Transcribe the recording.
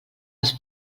les